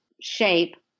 shape